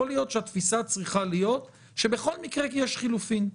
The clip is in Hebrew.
להיות שהתפיסה צריכה להיות שבכל מקרה יש חילופים,